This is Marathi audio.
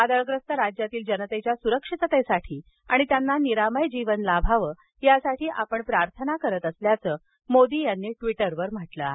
वादळग्रस्त राज्यातील जनतेच्या सुरक्षिततेसाठी आणि त्यांना निरामय जीवन लाभावं यासाठी आपण प्रार्थान करीत असल्याचं मोदी यांनी ट्वीटरवर म्हटलं आहे